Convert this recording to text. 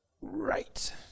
right